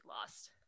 lost